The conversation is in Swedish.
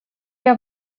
jag